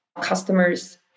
customers